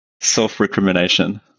Self-recrimination